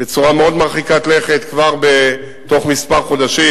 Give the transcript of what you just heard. בצורה מאוד מרחיקת לכת, כבר בתוך כמה חודשים,